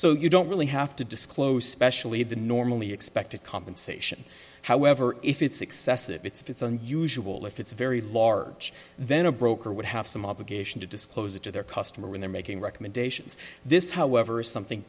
so you don't really have to disclose specially the normally expected compensation however if it's excessive if it's unusual if it's very large then a broker would have some obligation to disclose it to their customer when they're making recommendations this however is something